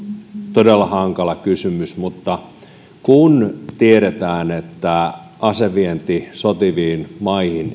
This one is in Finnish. todella hankala kysymys mutta kun tiedetään että asevienti sotiviin maihin